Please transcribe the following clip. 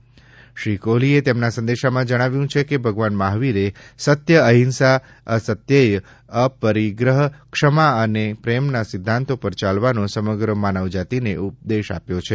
રાજ્યપાલશ્રીએ તેમના સંદેશામાં જણાવ્યું છે કે ભગવાન મહાવીરે સત્ય અહિંસા અસ્તેય અપરિગ્રહ ક્ષમા અને પ્રેમના સિદ્ધાંતો પર ચાલવાનો સમગ્ર માનવજાતિને ઉપદેશ આપ્યો છે